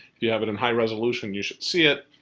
you have it in high resolution you should see it.